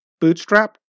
bootstrap